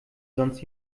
sonst